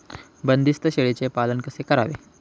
बंदिस्त शेळीचे पालन कसे करावे?